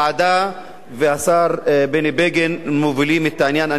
מההתפתחות ומהכיוונים שהוועדה והשר בני בגין מובילים את העניין אליהם.